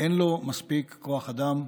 אין לו מספיק כוח אדם.